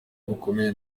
bukomeye